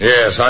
Yes